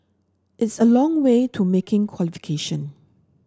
it's a long way to making qualification